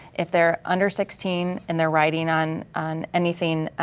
if they're under sixteen and they're riding on on anything,